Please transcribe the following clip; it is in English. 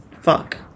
Fuck